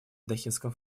дохинском